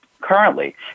currently